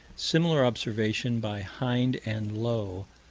similar observation by hind and lowe,